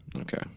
Okay